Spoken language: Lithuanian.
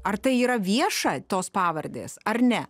ar tai yra vieša tos pavardės ar ne